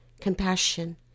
...compassion